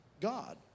God